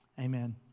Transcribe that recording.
Amen